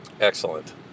Excellent